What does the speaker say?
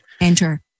Enter